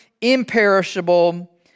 imperishable